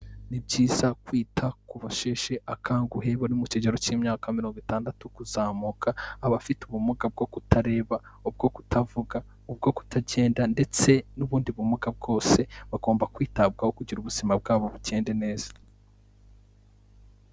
Ni byiza kwita ku basheshe akanguhe buri no mu kigero cy'imyaka mirongo itandatu kuzamuka, abafite ubumuga bwo kutareba, ubwo kutavuga, ubwo kutagenda ndetse n'ubundi bumuga bwose, bagomba kwitabwaho kugira ubuzima bwabo bugende neza.